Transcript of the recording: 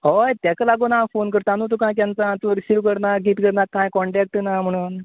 हय ताका लागोन हांव फोन करता न्हय तुका केन्ना सान तूं रिसीव करना किदें करना कांय कॉन्टेक्ट ना म्हणून